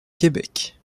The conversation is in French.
québec